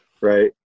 right